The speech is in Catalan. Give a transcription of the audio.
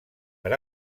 per